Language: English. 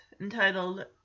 entitled